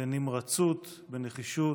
בנמרצות, בנחישות,